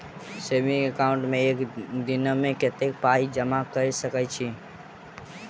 Saving account मे एक दिनमे कतेक पाई जमा कऽ सकैत छी?